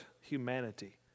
humanity